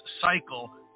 cycle